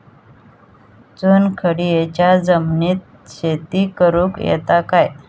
चुनखडीयेच्या जमिनीत शेती करुक येता काय?